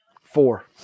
Four